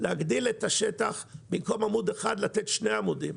להגדיל את השטח ובמקום עמוד אחד לתת שני עמודים.